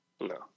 No